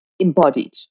embodied